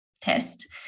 test